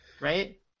right